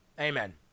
Amen